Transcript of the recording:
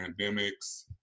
Pandemics